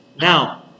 Now